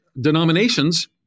denominations